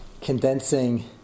condensing